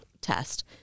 test